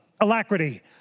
alacrity